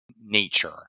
Nature